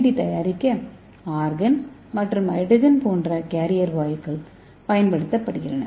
D தயாரிக்க argon மற்றும் hydrogen போன்ற கேரியர் வாயுக்கள் பயன்படுத்தப்படுகின்றன